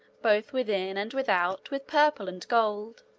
both within and without, with purple and gold.